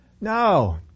No